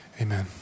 Amen